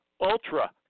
ultra